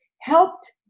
helped